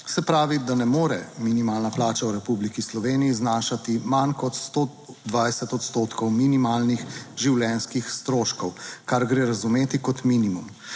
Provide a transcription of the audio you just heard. se pravi, da ne more minimalna plača v Republiki Sloveniji znašati manj kot 120 odstotkov minimalnih življenjskih stroškov, kar gre razumeti kot minimum.